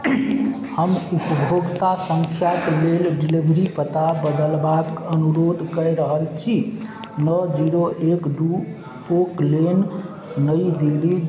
हम उपभोक्ता सँख्याके लेल डिलिवरी पता बदलबाक अनुरोध कै रहल छी नओ जीरो एक दुइ ओकलेन नई दिल्ली